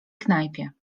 knajpie